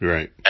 Right